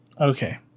Okay